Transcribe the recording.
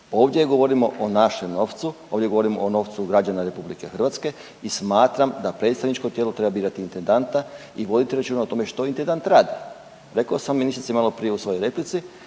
ovdje govorimo o našem novcu, ovdje govorimo o novcu građana RH i smatram da predstavničko tijelo treba birati intendanta i voditi računa o tome što intendant radi. Rekao sam ministrici maloprije u svojoj replici,